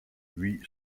huit